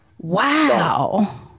Wow